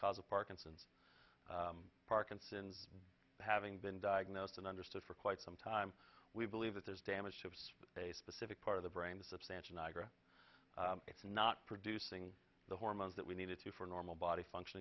cause of parkinson's parkinson's having been diagnosed and understood for quite some time we believe that there's damage chips for a specific part of the brain the substantia nigra it's not producing the hormones that we needed to for normal body function